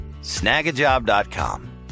snagajob.com